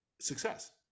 success